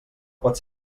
pot